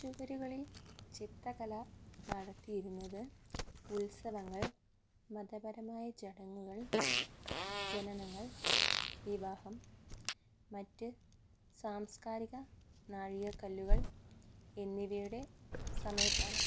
ചുവരുകളിൽ ചിത്രകല നടത്തിയിരുന്നത് ഉത്സവങ്ങൾ മതപരമായ ചടങ്ങുകൾ ജനനങ്ങൾ വിവാഹം മറ്റ് സാംസ്കാരിക നാഴികക്കല്ലുകൾ എന്നിവയുടെ സമയത്താണ്